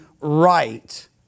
right